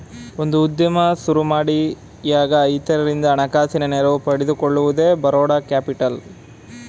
ಒಂದು ಉದ್ಯಮ ಸುರುಮಾಡಿಯಾಗ ಇತರರಿಂದ ಹಣಕಾಸಿನ ನೆರವು ಪಡೆದುಕೊಳ್ಳುವುದೇ ಬರೋಡ ಕ್ಯಾಪಿಟಲ್